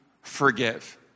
forgive